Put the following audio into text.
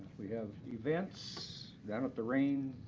we have events down at the reign,